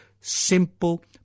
simple